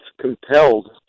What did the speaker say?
compelled